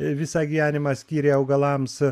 visą gyvenimą skyrė augalams